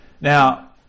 Now